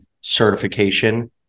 certification